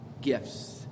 gifts